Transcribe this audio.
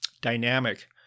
dynamic